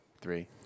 three